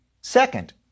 Second